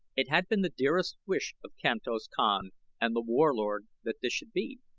it had been the dearest wish of kantos kan and the warlord that this should be,